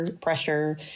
Pressure